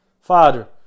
father